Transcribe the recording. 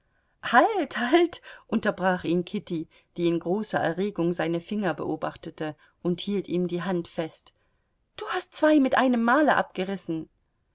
halt halt unterbrach ihn kitty die in großer erregung seine finger beobachtete und hielt ihm die hand fest du hast zwei mit einem male abgerissen